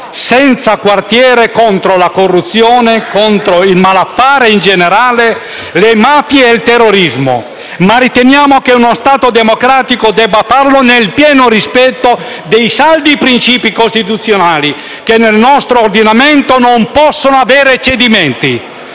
senza quartiere contro la corruzione, contro il malaffare in generale, le mafie ed il terrorismo, ma riteniamo che uno Stato democratico debba farlo nel pieno rispetto dei saldi principi costituzionali che nel nostro ordinamento non possono avere cedimenti.